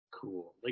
Cool